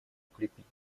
укрепить